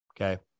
okay